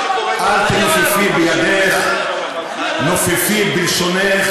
אתם רוצים רפובליקת בננות,